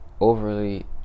overly